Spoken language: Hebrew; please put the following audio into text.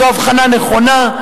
זו הבחנה נכונה.